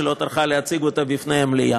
שלא טרחה להציג אותה בפני המליאה.